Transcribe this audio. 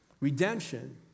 Redemption